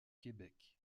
québec